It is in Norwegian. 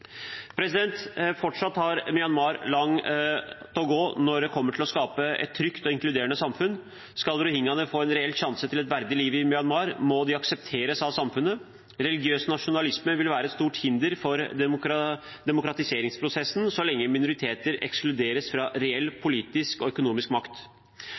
Fortsatt har Myanmar langt å gå når det kommer til å skape et trygt og inkluderende samfunn. Skal rohingyaene få en reell sjanse til et verdig liv i Myanmar, må de aksepteres av samfunnet. Religiøs nasjonalisme vil være et stort hinder for demokratiseringsprosessen så lenge minoriteter ekskluderes fra reell politisk og økonomisk makt.